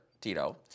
Tito